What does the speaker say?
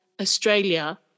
Australia